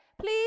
please